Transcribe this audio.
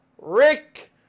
Rick